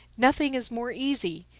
nothing is more easy.